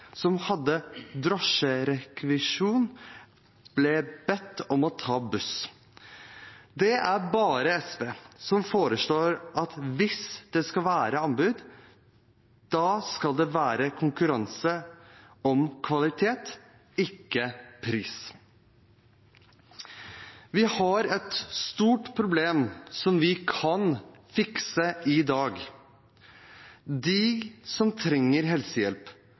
som hadde drosjerekvisisjon, ble bedt om å ta buss. Det er bare SV som foreslår at hvis det skal være anbud, skal det være konkurranse om kvalitet – ikke pris. Vi har et stort problem vi kan fikse i dag. De som trenger helsehjelp,